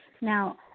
Now